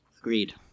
agreed